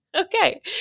okay